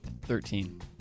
Thirteen